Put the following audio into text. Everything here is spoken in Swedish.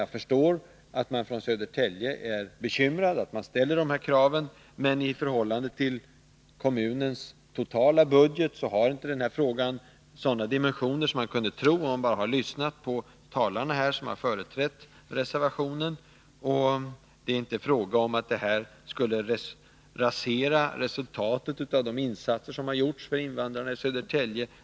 Jag förstår att man i Södertälje kommun är bekymrad och att man ställer de här kraven. Men i förhållande till kommunens totala budget har denna fråga inte så stora dimensioner som man kan tro efter att bara ha lyssnat på dem som har talat för reservationen. Det är inte fråga om att detta skulle rasera resultatet av de insatser som har gjorts för invandrarna i Södertälje.